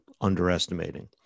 underestimating